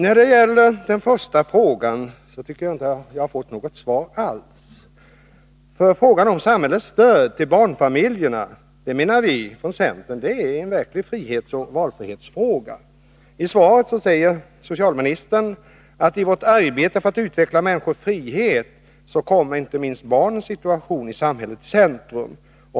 När det gäller den första frågan tycker jag inte att jag har fått något svar alls. Frågan om samhällets stöd till barnfamiljerna, menar vi i centern, är en verklig frihetsoch valfrihetsfråga. I svaret säger socialministern: ”I vårt arbete för att utveckla människornas frihet kommer inte minst barnens situation i samhället i centrum.